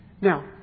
Now